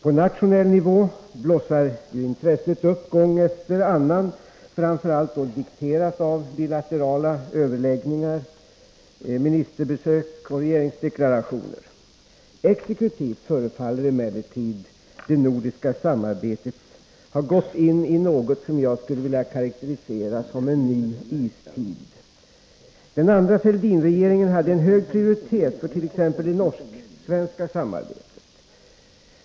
På nationell nivå blossar intresset upp gång efter annan, framför allt dikterat av bilaterala överläggningar, ministerbesök och regeringsdeklarationer. Exekutivt förefaller emellertid det nordiska samarbetet ha gått in i något som jag skulle vilja karakterisera som en ny istid. Den andra Fälldinregeringen hade en hög prioritet för t.ex. det norsksvenska samarbetet.